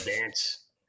dance